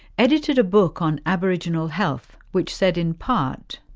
edited a book on aboriginal health which said in part.